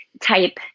type